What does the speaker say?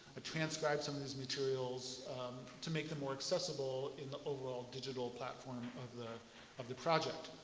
transcribed some of these materials to make them more accessible in the overall digital platform of the of the project.